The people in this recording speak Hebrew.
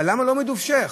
אבל למה לא מדובשך?